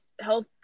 health